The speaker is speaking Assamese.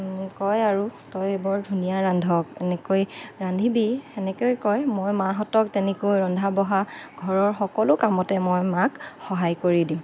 কয় আৰু তই বৰ ধুনীয়া ৰান্ধ এনেকৈ ৰান্ধিবি সেনেকৈ কয় মই মাহঁতক তেনেকৈ ৰন্ধা বঢ়া ঘৰৰ সকলো কামতে মই মাক সহায় কৰি দিওঁ